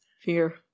fear